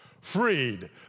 freed